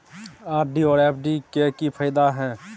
RD आर FD के की फायदा हय?